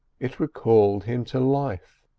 it recalled him to life.